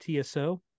tso